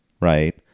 Right